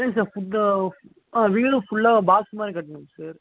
இல்லைங்க சார் ஃபுல்லா ஆ வீடு ஃபுல்லா பாக்ஸ் மாதிரி கட்டணுங்க சார்